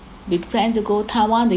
we plan to go taiwan